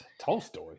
Tolstoy